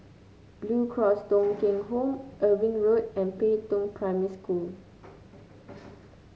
Blue Cross Thong Kheng Home Irving Road and Pei Tong Primary School